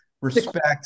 respect